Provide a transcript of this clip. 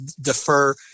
defer